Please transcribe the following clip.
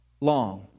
long